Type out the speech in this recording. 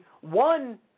one